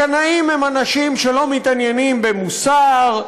הקנאים הם אנשים שלא מתעניינים במוסר,